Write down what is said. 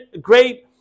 great